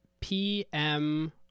PM